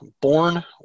born